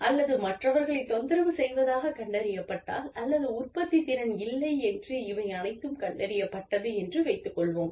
அல்லது மற்றவர்களைத் தொந்தரவு செய்வதாக கண்டறியப்பட்டால் அல்லது உற்பத்தித் திறன் இல்லை என்று இவை அனைத்தும் கண்டறியப்பட்டுள்ளது என்று வைத்துக் கொள்வோம்